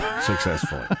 successfully